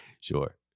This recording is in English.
Sure